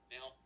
Now